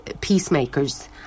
peacemakers